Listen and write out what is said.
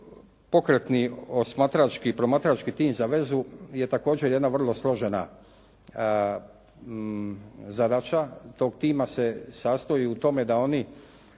Pokretni osmatrački, promatrački tim za vezu je također jedna vrlo složena zadaća tog tima se sastoji u tome da oni,